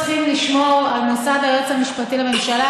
צריכים לשמור על מוסד היועץ המשפטי לממשלה,